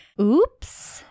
oops